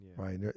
Right